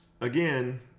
again